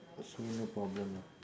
so no problem lah